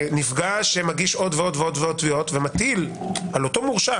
נפגע שמגיש עוד ועוד תביעות ומטיל על אותו מורשע?